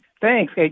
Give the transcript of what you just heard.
thanks